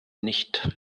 nicht